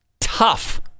tough